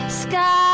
sky